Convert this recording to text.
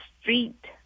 street